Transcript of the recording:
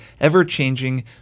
ever-changing